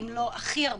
אם לא הכי הרבה,